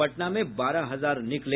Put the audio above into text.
पटना में बारह हजार निकले